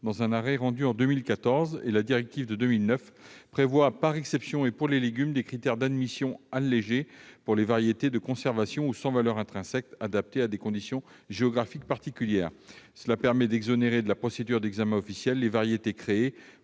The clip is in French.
dans un arrêt rendu en 2014. La directive de 2009 prévoit, par exception et pour les légumes, des critères d'admission allégés pour les variétés de conservation ou sans valeur intrinsèque, adaptées à des conditions géographiques particulières. Elle permet également d'exonérer de la procédure d'examen officiel les variétés créées